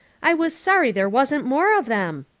i was sorry there wasn't more of them.